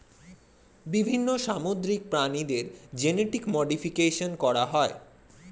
বিভিন্ন সামুদ্রিক প্রাণীদের জেনেটিক মডিফিকেশন করা হয়